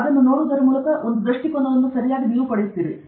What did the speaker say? ಆದ್ದರಿಂದ ನೀವು ಒಂದು ದೃಷ್ಟಿಕೋನವನ್ನು ಸರಿಯಾಗಿ ಪಡೆಯುತ್ತೀರಿ